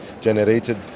generated